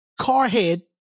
Carhead